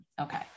Okay